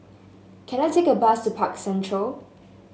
can I take a bus to Park Central